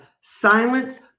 Silence